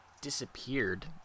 disappeared